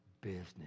business